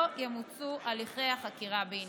לא ימוצו הליכי החקירה בעניינם.